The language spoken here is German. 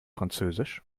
französisch